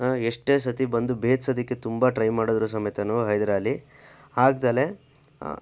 ಎಷ್ಟೇ ಸತಿ ಬಂದು ಭೇದ್ಸೋದಕ್ಕೆ ತುಂಬ ಟ್ರೈ ಮಾಡಿದ್ರೂ ಸಮೇತ ಹೈದರಾಲಿ ಆಗದಲೇ